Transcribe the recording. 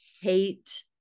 hate